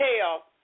tell